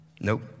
Nope